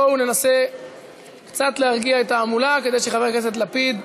בואו ננסה קצת להרגיע את ההמולה כדי שחבר הכנסת לפיד,